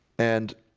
and